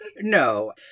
no